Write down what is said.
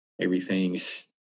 Everything's